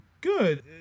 good